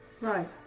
Right